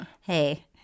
Hey